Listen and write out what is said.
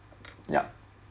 yup